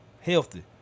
Healthy